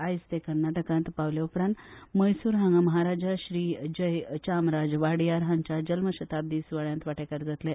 आयज ते कर्नाटकात पावल्या उपरांत म्हैसूर हांगा महाराजा श्री जय चामराज वाडीयार हांच्या जल्म शताब्दी सुवाळ्यात वाटेकार जातले